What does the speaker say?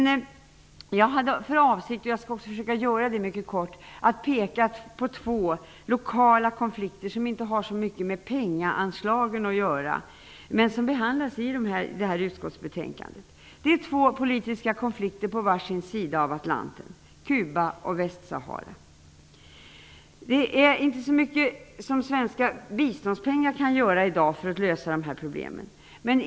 Jag hade för avsikt -- och jag skall också mycket kort försöka göra det -- att peka på två lokala konflikter som inte har så mycket med pengaanslagen att göra men som behandlas i utskottsbetänkandet. Det är två politiska konflikter som äger rum på varsin sida av Atlanten, Cuba och Västsahara. Det är inte så mycket man i dag kan göra med svenska biståndspengar för att lösa problemen.